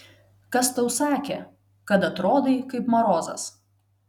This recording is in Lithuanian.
kas tau sakė kad atrodai kaip marozas